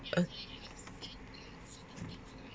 uh